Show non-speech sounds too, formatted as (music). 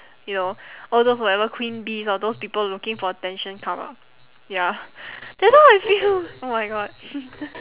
you know all those whatever queen bees or those people looking for attention come ah ya that's why I feel oh my god (laughs)